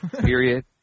period